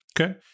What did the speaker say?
Okay